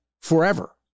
forever